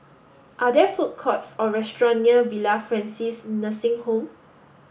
are there food courts or restaurant near Villa Francis Nursing Home